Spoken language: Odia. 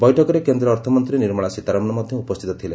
ବୈଠକରେ କେନ୍ଦ୍ର ଅର୍ଥମନ୍ତ୍ରୀ ନିର୍ମଳା ସୀତାରମଣ ମଧ୍ୟ ଉପସ୍ଥିତ ଥିଲେ